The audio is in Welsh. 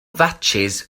fatsis